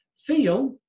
Feel